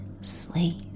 Sleep